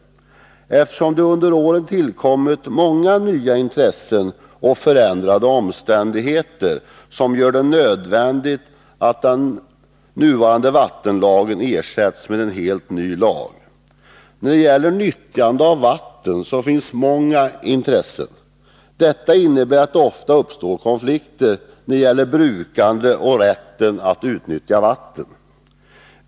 Under åren har det också tillkommit många nya intressen och förändrade omständigheter som gör det nödvändigt att den nuvarande vattenlagen ersätts med en helt ny lag. När det gäller nyttjande av vatten finns det många intressen. Detta innebär att det ofta uppstår konflikter när det gäller rätten att utnyttja vatten.